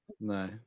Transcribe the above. No